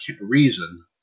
reason